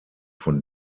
von